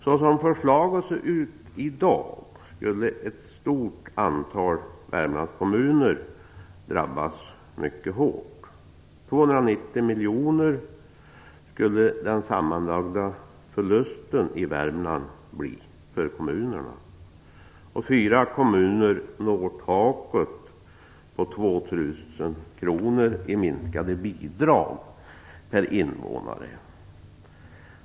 Som förslaget ser ut i dag skulle ett stort antal Värmlandskommuner drabbas mycket hårt. Den sammanlagda förlusten för kommunerna i Värmland skulle bli 290 miljoner. Fyra kommuner skulle nå taket på 2 000 kr i minskade bidrag per invånare.